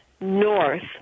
north